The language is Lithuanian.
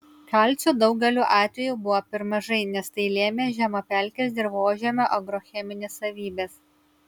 kalcio daugeliu atvejų buvo per mažai nes tai lėmė žemapelkės dirvožemio agrocheminės savybės